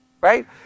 Right